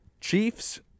Chiefs